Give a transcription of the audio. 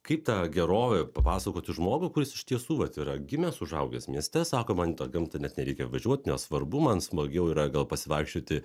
kaip tą gerovę papasakoti žmogui kuris iš tiesų vat yra gimęs užaugęs mieste sako man į tą gamtą net nereikia važiuot nesvarbu man smagiau yra gal pasivaikščioti